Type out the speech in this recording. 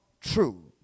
true